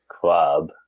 club